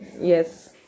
Yes